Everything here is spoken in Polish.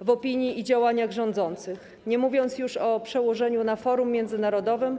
w opinii i działaniach rządzących, nie mówiąc już o przełożeniu na forum międzynarodowym.